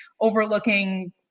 overlooking